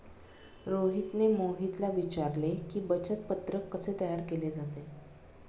रोहितने मोहितला विचारले की, बचत पत्रक कसे तयार केले जाते?